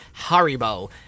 Haribo